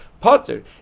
Potter